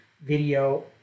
video